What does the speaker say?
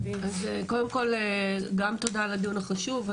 קודם כל גם תודה על הדיון החשוב.